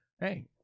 Hey